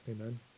Amen